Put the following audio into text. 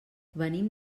venim